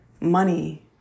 Money